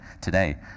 today